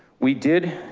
we did.